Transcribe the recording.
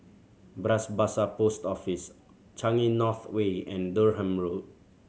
Bras Basah Post Office Changi North Way and Durham Road